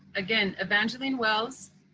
again, evangeline wells,